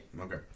Okay